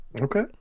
Okay